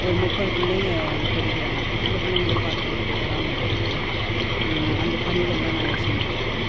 ஒரு முப்பது பிள்ளைங்க அங்கே படிக்கிறாங்க அந்த பிள்ளைங்களை பார்த்துக்கிறதுக்குப் பராமரிக்கிறது அந்த பணிகள்லாம் நாங்கள் செஞ்சுட்டு இருக்கோம்